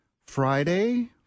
Friday